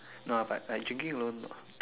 no but but drinking alone no